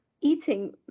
eating